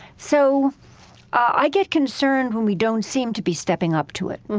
so i get concerned when we don't seem to be stepping up to it